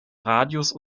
radius